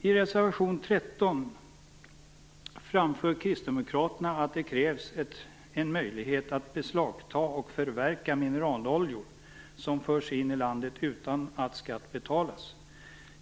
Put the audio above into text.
I reservation nr 13 framför Kristdemokraterna att det krävs en möjlighet att beslagta och förverka mineraloljor som förs in i landet utan att skatt betalas.